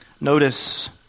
Notice